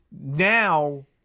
now